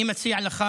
אני מציע לך